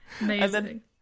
Amazing